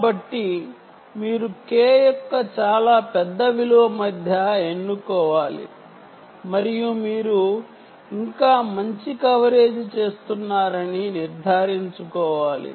కాబట్టి మీరు K యొక్క చాలా పెద్ద విలువ మధ్య ఎన్నుకోవాలి మరియు మీరు ఇంకా మంచి కవరేజ్ చేస్తున్నారని నిర్ధారించుకోవాలి